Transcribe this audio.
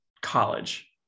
college